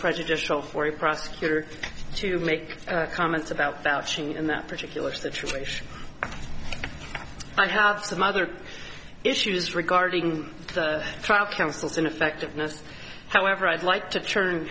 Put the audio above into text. prejudicial for the prosecutor to make comments about in that particular situation i have some other issues regarding the trial counsels and effectiveness however i'd like to turn